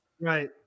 Right